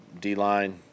D-line